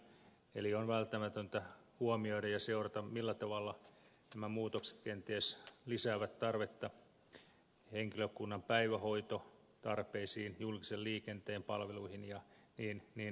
eli on välttämätöntä huomioida ja seurata millä tavalla nämä muutokset kenties lisäävät tarvetta henkilökunnan päivähoitotarpeisiin julkisen liikenteen palveluihin ja niin edelleen